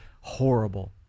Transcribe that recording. horrible